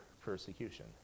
persecution